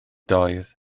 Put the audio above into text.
doedd